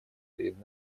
перед